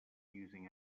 using